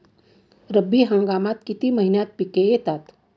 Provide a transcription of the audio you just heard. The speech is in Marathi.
रब्बी हंगामात किती महिन्यांत पिके येतात?